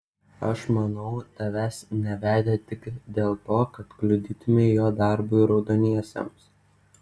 aš manau tavęs nevedė tik dėl to kad kliudytumei jo darbui raudoniesiems